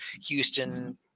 Houston